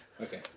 Okay